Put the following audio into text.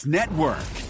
Network